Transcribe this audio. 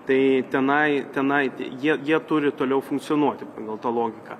tai tenai tenai jie jie turi toliau funkcionuoti pagal tą logiką